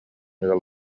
ыал